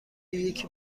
یکی